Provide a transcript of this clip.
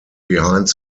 behind